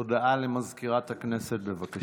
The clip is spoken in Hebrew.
הודעה למזכירת הכנסת, בבקשה.